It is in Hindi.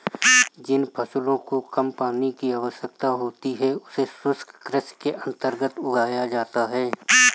जिन फसलों को कम पानी की आवश्यकता होती है उन्हें शुष्क कृषि के अंतर्गत उगाया जाता है